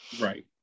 Right